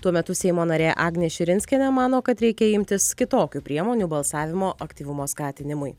tuo metu seimo narė agnė širinskienė mano kad reikia imtis kitokių priemonių balsavimo aktyvumo skatinimui